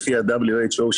לפי ה-WHO,